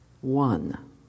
one